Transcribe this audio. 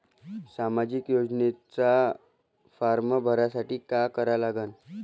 सामाजिक योजनेचा फारम भरासाठी का करा लागन?